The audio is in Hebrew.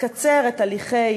לקצר את הליכי